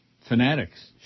Fanatics